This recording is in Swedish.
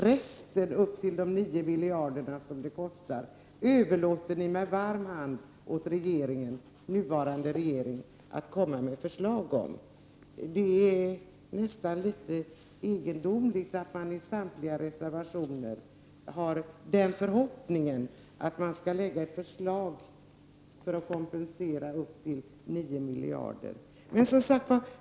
Resten, upp till de 9 miljarder som det kostar, överlåter ni med varm hand åt nuvarande regering att komma med förslag om. Det är nästan litet egendomligt att man i samtliga reservationer har den förhoppningen att regeringen skall lägga fram ett förslag för att kompensera upp till 9 miljarder.